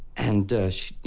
and, you